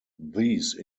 these